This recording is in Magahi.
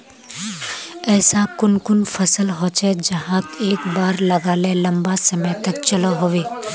ऐसा कुन कुन फसल होचे जहाक एक बार लगाले लंबा समय तक चलो होबे?